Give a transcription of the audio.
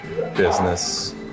business